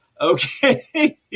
Okay